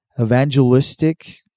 evangelistic